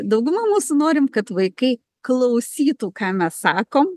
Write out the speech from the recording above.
dauguma mūsų norim kad vaikai klausytų ką mes sakom